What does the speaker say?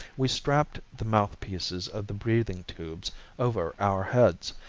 we strapped the mouthpieces of the breathing tubes over our heads,